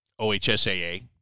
OHSAA